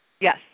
Yes